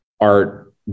art